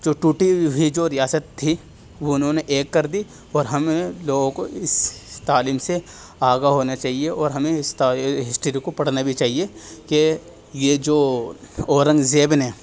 جو ٹوٹی ہوئی جو ریاست تھی وہ انہوں نے ایک کر دی اور ہم لوگوں کو اس تعلیم سے آگاہ ہونا چاہیے اور ہمیں اس ہسٹری کو پڑھنا بھی چاہیے کہ یہ جو اورنگزیب نے